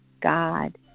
God